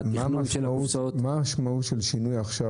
התכנון של --- מה המשמעות של שינוי עכשיו?